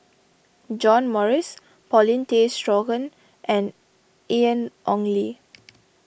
John Morrice Paulin Tay Straughan and Ian Ong Li